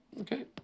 Okay